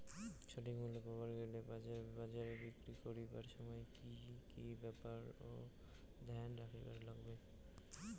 সঠিক মূল্য পাবার গেলে বাজারে বিক্রি করিবার সময় কি কি ব্যাপার এ ধ্যান রাখিবার লাগবে?